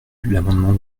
l’amendement